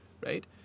right